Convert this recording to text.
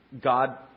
God